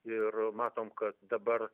ir matom kad dabar